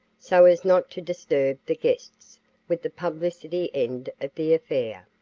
so as not to disturb the guests with the publicity end of the affair.